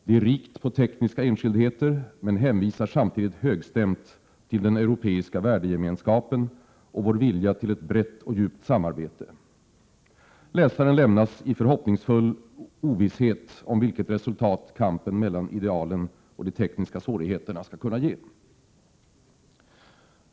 Det är rikt på tekniska enskildheter, men hänvisar samtidigt högstämt till den europeiska värdegemenskapen och vår vilja till ett brett och djupt samarbete. Läsaren lämnas i förhoppningsfull ovisshet om vilket resultat kampen mellan idealen och de tekniska svårigheterna skall kunna ge.